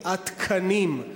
התקנים,